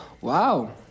wow